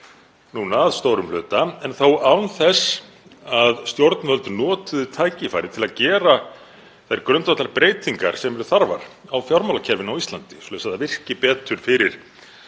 að stórum hluta en þó án þess að stjórnvöld notuðu tækifærið til að gera þær grundvallarbreytingar sem eru þarfar á fjármálakerfinu á Íslandi þannig að það virki betur fyrir